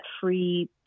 free